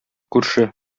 күрше